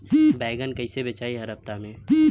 बैगन कईसे बेचाई हर हफ्ता में?